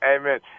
Amen